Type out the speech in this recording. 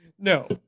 No